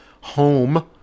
home